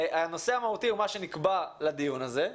הנושא המהותי הוא מה שנקבע לדיון הזה,